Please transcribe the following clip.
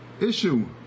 issue